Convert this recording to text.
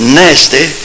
nasty